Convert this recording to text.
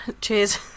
Cheers